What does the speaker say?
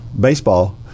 baseball